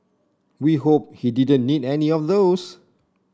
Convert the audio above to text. we hope he didn't need any of those